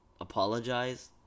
apologize